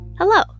Hello